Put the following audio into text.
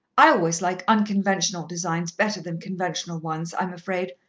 i always like unconventional designs better than conventional ones, i'm afraid.